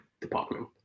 department